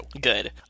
good